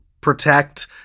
protect